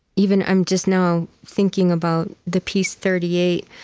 even i'm just now thinking about the piece thirty eight.